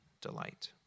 delight